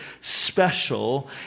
special